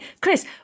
Chris